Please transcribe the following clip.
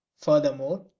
Furthermore